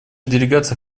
делегация